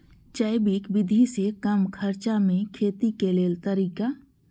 जैविक विधि से कम खर्चा में खेती के लेल तरीका?